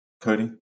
Cody